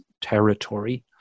territory